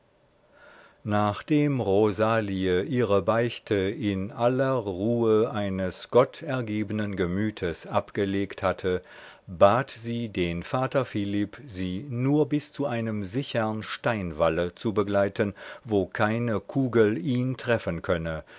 nachdem rosalie ihre beichte in aller ruhe eines gottergebnen gemütes abgelegt hatte bat sie den vater philipp sie nur bis zu einem sichern steinwalle zu begleiten wo keine kugel ihn treffen könne